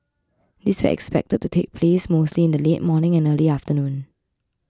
these were expected to take place mostly in the late morning and early afternoon